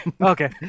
Okay